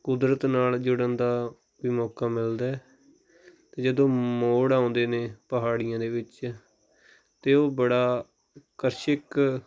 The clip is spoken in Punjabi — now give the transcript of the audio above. ਕੁਦਰਤ ਨਾਲ ਜੁੜਨ ਦਾ ਵੀ ਮੌਕਾ ਮਿਲਦਾ ਹੈ ਅਤੇ ਜਦੋਂ ਮੋੜ ਆਉਂਦੇ ਨੇ ਪਹਾੜੀਆਂ ਦੇ ਵਿੱਚ ਅਤੇ ਉਹ ਬੜਾ ਕਸ਼ਿਕ